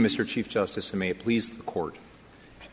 mr chief justice i may please the court